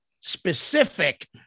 specific